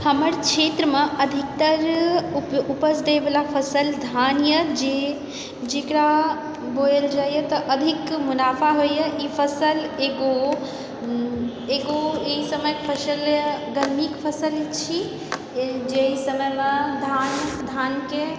हमर क्षेत्रमेअधिकतर उपज दए वाला फसल धान यऽ जे जेकरा बोयल जाइत यऽतऽ अधिक मुनाफा होइया ई फसल एगो एगो ई समयके फसल गरमीके फसल छी जे समय मे धानकेे